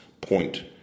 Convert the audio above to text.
point